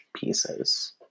pieces